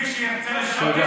מי שירצה לשלם,